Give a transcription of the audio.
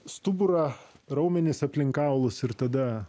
stuburą raumenis aplink kaulus ir tada